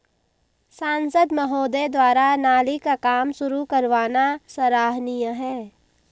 सांसद महोदय द्वारा नाली का काम शुरू करवाना सराहनीय है